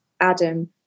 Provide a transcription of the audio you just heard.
Adam